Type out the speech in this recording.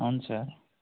అవును సార్